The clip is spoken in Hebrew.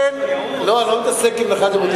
גבעת-עדה בנימינה, לא, אני לא מתעסק, .